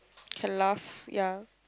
can last ya